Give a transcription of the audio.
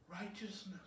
Righteousness